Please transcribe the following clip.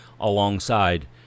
alongside